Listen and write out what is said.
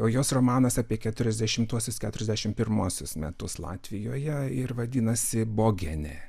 o jos romanas apie keturiasdešimtuosiu keturiasdešimt pirmuosius metus latvijoje ir vadinasi bogenė